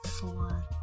four